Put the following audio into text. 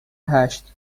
هشت